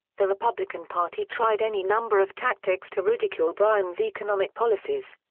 the republican party tried any number of tactics to ridicule bryan's economic policies.